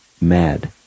mad